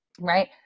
right